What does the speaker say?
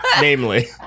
namely